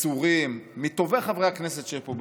מסורים, מטובי חברי הכנסת שיש פה בבניין.